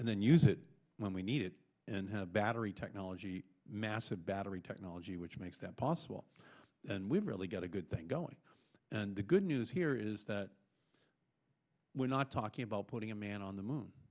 and then use it when we need it and have battery technology massive battery technology which makes that possible and we've really got a good thing going and the good news here is that we're not talking about putting a man on the moon